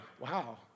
wow